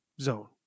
zone